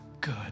good